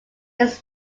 its